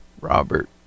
Robert